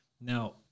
Now